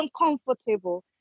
uncomfortable